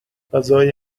غذای